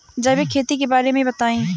जैविक खेती के बारे में बताइ